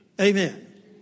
Amen